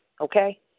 okay